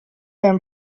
hem